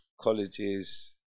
colleges